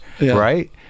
right